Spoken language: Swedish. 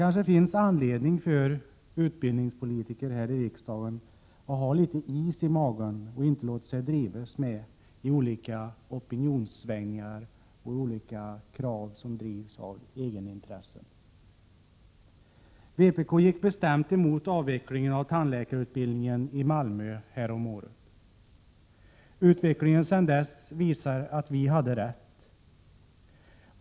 Kanske finns det anledning för utbildningspolitikerna i riksdagen att ha litet is i magen och inte låta sig drivas med i olika opinionssvängningar och av krav som drivs i egenintresse. Vpk gick alldeles bestämt emot avvecklingen av tandläkarutbildningen i Malmö härom året. Utvecklingen sedan dess visar att vi hade rätt.